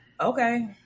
Okay